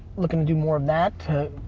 looking to do more of that to,